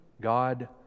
God